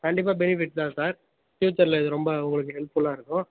கண்டிப்பாக பெனிஃபிட் தான் சார் ஃபியூச்சரில் இது ரொம்ப உங்களுக்கு ஹெல்ப்புல்லாக இருக்கும்